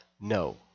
No